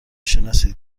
شناسید